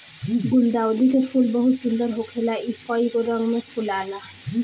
गुलदाउदी के फूल बहुत सुंदर होखेला इ कइगो रंग में फुलाला